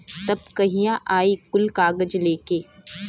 तब कहिया आई कुल कागज़ लेके?